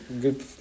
Good